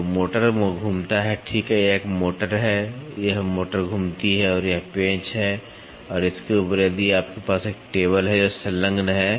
तो मोटर घूमता है ठीक है यह एक मोटर है यह मोटर घूमती है और यह पेंच है और इसके ऊपर यदि आपके पास एक टेबल है जो संलग्न है